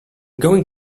going